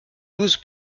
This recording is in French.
douze